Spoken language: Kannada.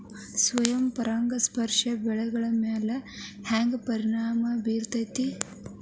ಸ್ವಯಂ ಪರಾಗಸ್ಪರ್ಶ ಬೆಳೆಗಳ ಮ್ಯಾಲ ಹ್ಯಾಂಗ ಪರಿಣಾಮ ಬಿರ್ತೈತ್ರಿ?